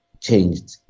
changed